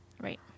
Right